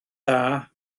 dda